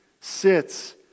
sits